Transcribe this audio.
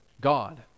God